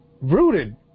rooted